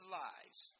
lives